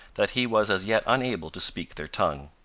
that he was as yet unable to speak their tongue.